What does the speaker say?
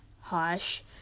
Hush